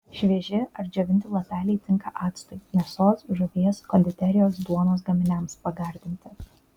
švieži ar džiovinti lapeliai tinka actui mėsos žuvies konditerijos duonos gaminiams pagardinti